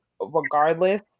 regardless